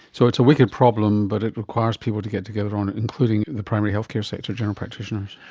so it's a wicked problem but it requires people to get together on it, including the primary health care sector, general practitioners.